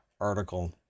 article